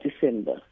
December